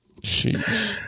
Sheesh